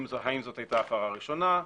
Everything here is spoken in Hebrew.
האם זו הייתה הפרה ראשונה,